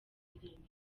indirimbo